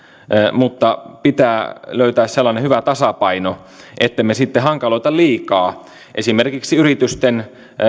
mutta pitää löytää sellainen hyvä tasapaino ettemme sitten hankaloita liikaa esimerkiksi yritysten